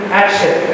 action